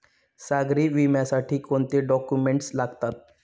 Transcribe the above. सागरी विम्यासाठी कोणते डॉक्युमेंट्स लागतात?